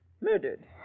Murdered